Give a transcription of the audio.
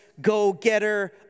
go-getter